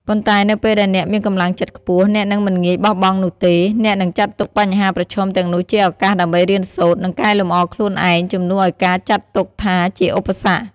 ប៉ុន្តែនៅពេលដែលអ្នកមានកម្លាំងចិត្តខ្ពស់ អ្នកនឹងមិនងាយបោះបង់នោះទេ។ អ្នកនឹងចាត់ទុកបញ្ហាប្រឈមទាំងនោះជាឱកាសដើម្បីរៀនសូត្រ និងកែលម្អខ្លួនឯង ជំនួសឱ្យការចាត់ទុកថាជាឧបសគ្គ។